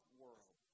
world